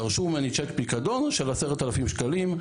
דרשו ממני צ'ק פיקדון של 10,000 שקלים,